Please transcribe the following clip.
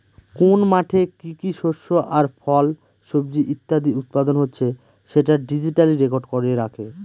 কোন মাঠে কি কি শস্য আর ফল, সবজি ইত্যাদি উৎপাদন হচ্ছে সেটা ডিজিটালি রেকর্ড করে রাখে